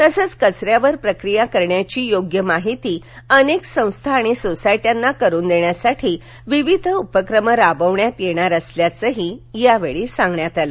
तसंच कचऱ्यावर प्रक्रिया करण्याची योग्य माहिती अनेक संस्था किंवा सोसायट्यांना करून देण्यासाठी विविध उपक्रम राबवण्यात येणार असल्याचं यावेळी सांगण्यात आलं